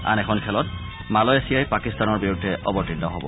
আন এখন খেলত মালয়েছিয়াই পাকিস্তানৰ বিৰুদ্ধে অৱতীৰ্ণ হব